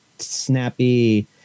snappy